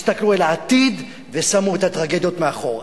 הסתכלו אל העתיד ושמו את הטרגדיות מאחור.